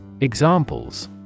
Examples